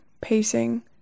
pacing